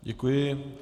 Děkuji.